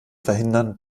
verhindern